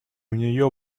нее